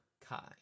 Kai